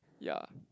ya